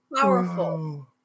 powerful